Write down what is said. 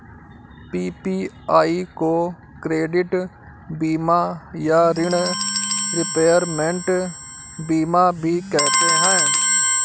PPI को credit बीमा या ॠण रिपेयरमेंट बीमा भी कहते हैं